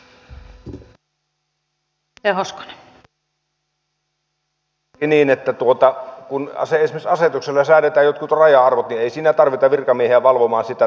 todellakin on niin että kun esimerkiksi asetuksella säädetään jotkut raja arvot niin ei siinä tarvita virkamiehiä valvomaan sitä